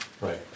Right